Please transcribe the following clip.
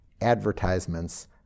advertisements